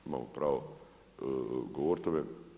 Imamo pravo govoriti o tome.